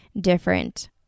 different